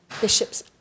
Bishop's